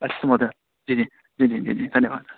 अस्तु महोदयः जी जी जी जी जी जी धन्यवादः